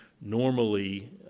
normally